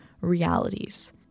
realities